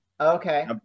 Okay